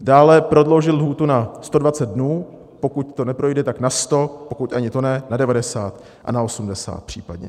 Dále, prodloužit lhůtu na 120 dnů, a pokud to neprojde, tak na 100, pokud ani to ne, na 90 a na 80 případně.